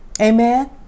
Amen